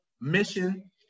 mission